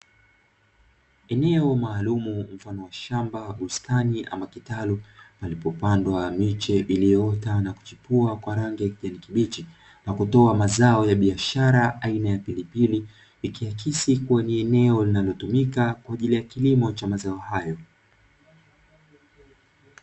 Eneo maalumu mfano wa shamba, bustani ama kitalu, palipopandwa miche iliyoota na kuchipua kwa rangi ya kijani kibichi, na kutoa mazao ya biashara aina ya pilipili, ikiakisi kua ni eneo linalotumika kwa ajili ya kilimo cha mazao hayo.